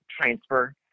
transfer